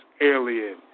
Alien